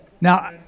Now